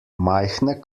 majhne